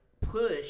push